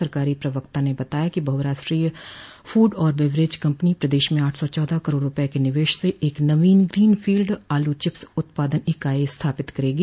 सरकारी प्रवक्ता ने बताया है कि बहुराष्टोय फूड और बवरेज कम्पनी प्रदेश में आठ सौ चौदह करोड़ रूपये के निवेश से एक नवीन ग्रीन फील्ड आलू चिप्स उत्पादन इकाई स्थापित करेगी